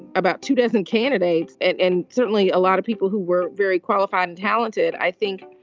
about two dozen candidates and and certainly a lot of people who were very qualified and talented. i think,